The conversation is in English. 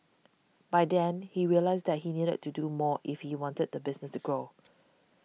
by then he realised that he needed to do more if he wanted the business to grow